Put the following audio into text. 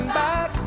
back